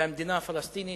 והמדינה הפלסטינית